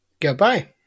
Goodbye